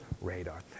radar